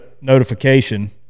notification